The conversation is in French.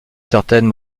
certaine